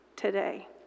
Today